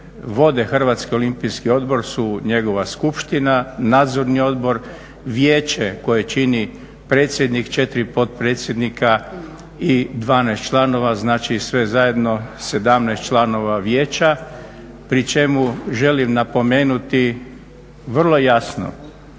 vode Hrvatski olimpijski odbor su njegova Skupština, Nadzorni odbor, Vijeće koje čini predsjednik, četiri potpredsjednika i dvanaest članova, znači sve zajedno sedamnaest članova Vijeća pri čemu želim napomenuti vrlo jasno